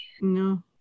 No